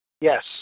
Yes